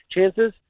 chances